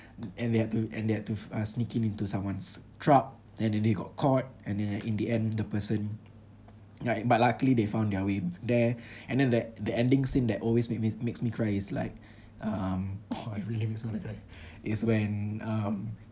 and they have to and they have to uh sneak in into someone's truck and then they got caught and then in the end the person like but luckily they found their way there and then that the ending scene that always make me makes me cry is like um !wah! it really makes me cry is when um